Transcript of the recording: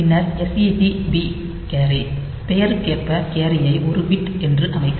பின்னர் SETB carry பெயருக்கேற்ப carry ஐ ஒரு பிட் என்று அமைக்கும்